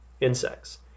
insects